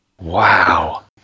Wow